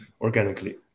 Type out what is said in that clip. organically